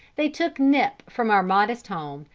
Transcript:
they took nip from our modest home,